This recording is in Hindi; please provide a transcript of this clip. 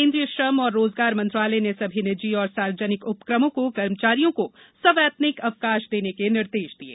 केन्द्रीय श्रम और रोजगार मंत्रालय ने सभी निजी और सार्वजनिक उपक्रमों को कर्मचारियों को सवैतनिक अवकाश देने के निर्देश दिये